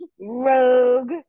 Rogue